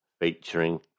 featuring